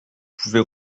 pouvait